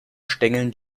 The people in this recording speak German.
stängeln